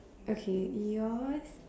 okay yours